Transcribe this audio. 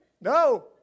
No